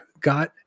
got